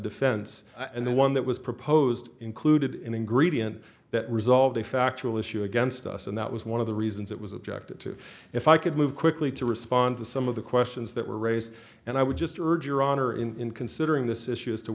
defense and the one that was proposed included in ingredient that resolved a factual issue against us and that was one of the reasons it was objected to if i could move quickly to respond to some of the questions that were raised and i would just urge your honor in considering this issue as to